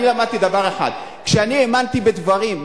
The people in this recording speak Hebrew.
אני למדתי דבר אחד: כשאני האמנתי בדברים,